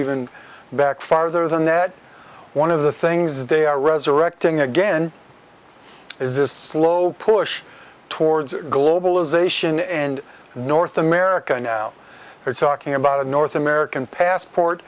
even back farther than that one of the things they are resurrecting again is this slow push towards globalization and north america now they're talking about a north american passport